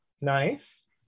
Nice